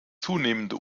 zunehmende